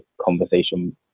conversation